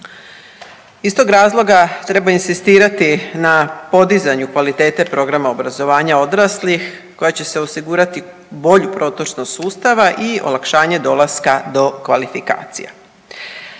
Iz tog razloga treba inzistirati na podizanju kvalitete programa obrazovanja odraslih koja će se osigurati bolju protočnost sustava i olakšanje dolaska do kvalifikacija.